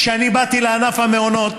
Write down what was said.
כשאני באתי לענף המעונות,